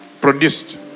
produced